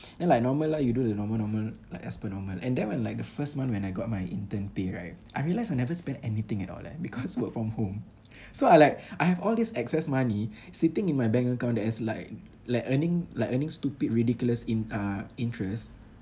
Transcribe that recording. then like normal lah you do the normal normal like as per normal and then when like the first month when I got my intern pay right I realise I never spend anything at all leh because work from home so I like I have all this excess money sitting in my bank account that is like like earning like earning stupid ridiculous in~ uh interest